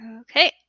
okay